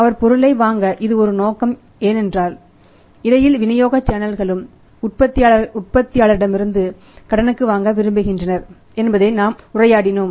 அவர் பொருளை வாங்க இது ஒரு நோக்கம் ஏனென்றால் இடையில் விநியோக சேனல்களும் உற்பத்தியாளர் இடமிருந்து கடனுக்கு வாங்க விரும்புகின்றனர் என்பதை நாம் உரையாடினோம்